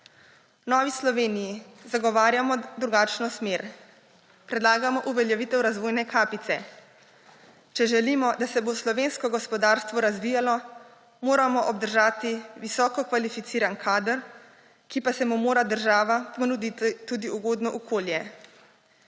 Novi Sloveniji zagovarjamo drugačno smer. Predlagamo uveljavitev razvojne kapice. Če želimo, da se bo slovensko gospodarstvo razvijalo, moramo obdržati visoko kvalificiran kader, ki pa mu mora država ponuditi tudi ugodno okolje.